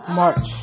march